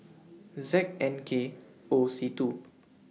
Z N K O C two